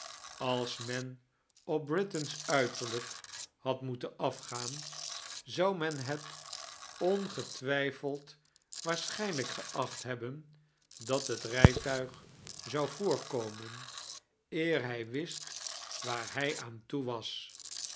als men op britain's uiterlijk had moeten afgaan zou men het ongetwijfeld waarschijnlijk geacht hebbein dat net rijtuig zou voorkomen eea hij wist waar hij aan toe was